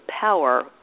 power